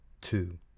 Two